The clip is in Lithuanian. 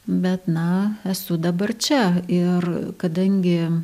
bet na esu dabar čia ir kadangi